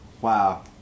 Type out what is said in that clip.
Wow